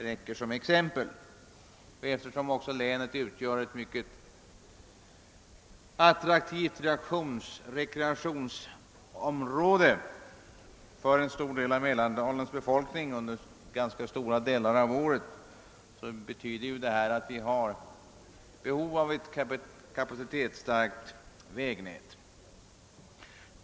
Eftersom länet också utgör ett mycket attraktivt rekreationsområde för Mälardalens befolkning under ganska stora delar av året har vi behov av ett kapacitetsstarkt vägnät.